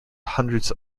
hundreds